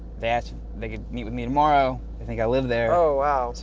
that they could meet with me tomorrow. they think i live there. oh, wow.